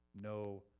no